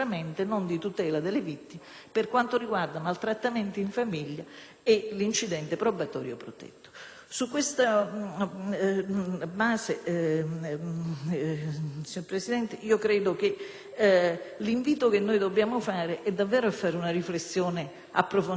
Su questa base, signora Presidente, l'invito che noi dobbiamo fare è per una riflessione approfondita rispetto a quella, molto superficiale, che è stata fatta (perché non si può riflettere in una notte)